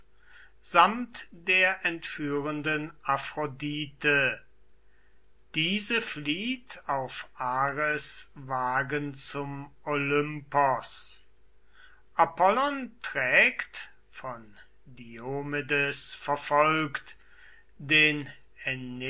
samt der entführenden aphrodite diese flieht auf ares wagen zum olympos apollon trägt von diomedes verfolgt den